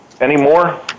anymore